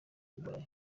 burayi